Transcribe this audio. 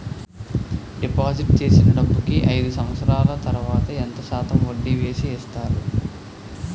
Deposit చేసిన డబ్బుకి అయిదు సంవత్సరాల తర్వాత ఎంత శాతం వడ్డీ వేసి ఇస్తారు?